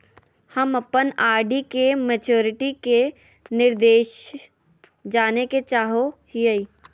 हम अप्पन आर.डी के मैचुरीटी के निर्देश जाने के चाहो हिअइ